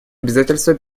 обязательства